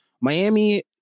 Miami